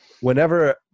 whenever